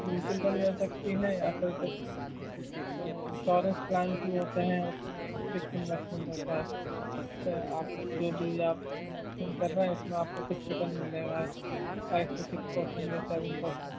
آپ mutual fund جا سکتی ہیں یا پھر کچھ جو ہے انشورنس پلانس بھی ہوتے ہیں اس میں ایک فکس انویسٹمنٹ ہوتا ہے پ آپ جو بھی آپ انویسٹمنٹ کر رہے ہیں اس میں آپ کو فکس رٹرن ملے گا five to six per cent یا سیون پر سینٹ